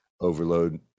overload